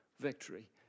victory